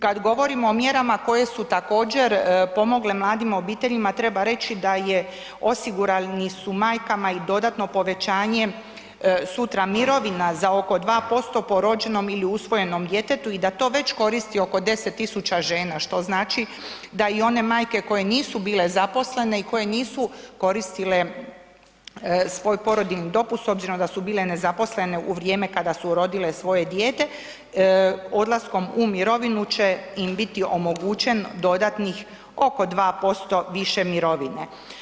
Kad govorimo o mjerama koje su također, pomogle mladim obiteljima, treba reći da je, osigurani su majkama i dodatno povećanje sutra mirovina oko 2% po rođenom ili usvojenom djetetu i da to već koristi oko 10 tisuća žena, što znači da i one majke koje nisu bile zaposlene i koje nisu koristile svoj porodiljni dopust, s obzirom da su bile nezaposlene u vrijeme kad su rodile svoje dijete, odlaskom u mirovinu će im biti omogućen dodatnih oko 2% više mirovine.